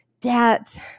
debt